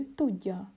tudja